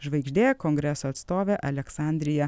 žvaigždė kongreso atstovė aleksandrija